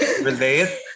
relate